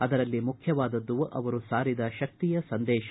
ಅದರಲ್ಲಿ ಮುಖ್ಯವಾದದ್ದು ಅವರು ಸಾರಿದ ಶಕ್ತಿಯ ಸಂದೇಶ